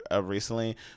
recently